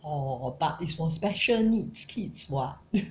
orh but it's for special needs kids [what]